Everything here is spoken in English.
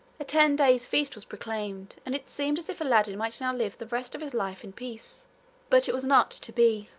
a ten days' feast was proclaimed, and it seemed as if aladdin might now live the rest of his life in peace but it was not to be.